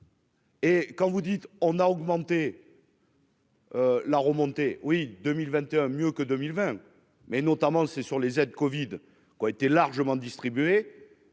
Et quand vous dites on a augmenté. La remontée oui 2021 mieux que 2020, mais notamment, c'est sur les aides Covid qui ont été largement distribuées